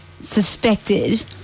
suspected